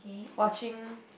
watching